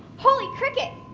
holy cricket,